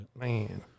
Man